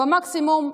מקסימום,